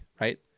right